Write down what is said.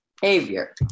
behavior